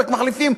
רק מחליפים,